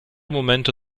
momente